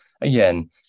again